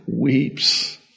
weeps